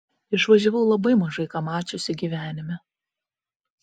išvažiavau labai mažai ką mačiusi gyvenime